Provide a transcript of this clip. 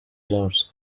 james